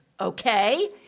Okay